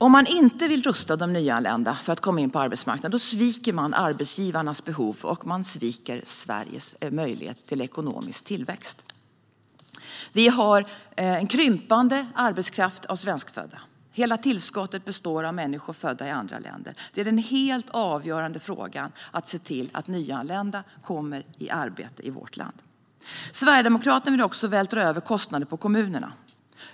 Om man inte vill rusta de nyanlända att komma in på arbetsmarknaden sviker man arbetsgivarnas behov och Sveriges möjlighet till ekonomisk tillväxt. Vi har en krympande svenskfödd arbetskraft. Hela tillskottet består av människor födda i andra länder. Att se till att nyanlända kommer i arbete i vårt land är en helt avgörande fråga. Sverigedemokraterna vill dessutom vältra över kostnader på kommunerna.